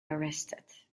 arrested